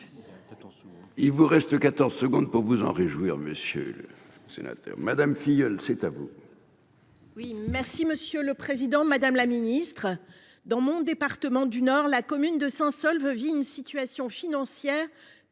il vous reste 14 secondes pour vous en réjouir. Monsieur le sénateur Madame Filleul, c'est à vous. Oui, merci Monsieur le Président Madame la Ministre dans mon département du Nord, la commune de Saint Saulve vit une situation financière